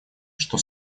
что